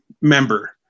member